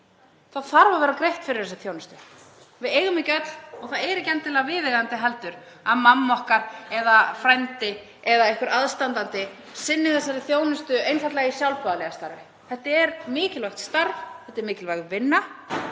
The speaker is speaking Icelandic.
þurfi að greiða fyrir þessa þjónustu. Við eigum ekki öll, og það er ekki endilega viðeigandi heldur, að mamma okkar, frændi eða einhver aðstandandi sinni þessari þjónustu einfaldlega í sjálfboðaliðastarfi. Þetta er mikilvægt starf og mikilvæg vinna